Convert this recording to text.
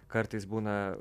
kartais būna